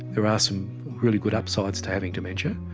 there are some really good upsides to having dementia.